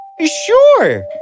Sure